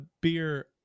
beer